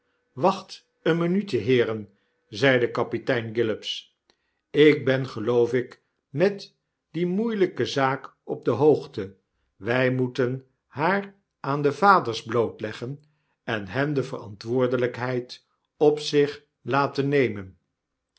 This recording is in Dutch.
wacht een minuutje heeren zeide kapitein gillops ik ben geloof ik met die moeielpe zaak op de hoogte wi moeten haar aan de vaders blootleggen en lien de verantwoordelijkheid op zich laten nemen